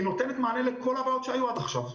היא נותנת מענה לכל הבעיות שהיו עד עכשיו.